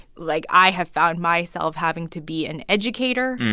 like, i have found myself having to be an educator.